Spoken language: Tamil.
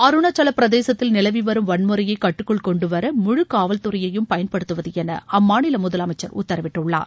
அருணாச்சலப் பிரதேசத்தில் நிலவி வரும் வன்முறையை கட்டுக்குள் கொண்டு வர முழு காவல்துறையையும் பயன்படுத்துவது என அம்மாநில முதலமைச்சர் உத்தரவிட்டுள்ளார்